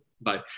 Bye